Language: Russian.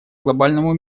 глобальному